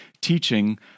teaching